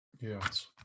Yes